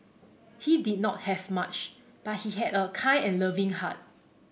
he did not have much but he had a kind and loving heart